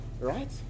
right